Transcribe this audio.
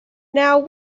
now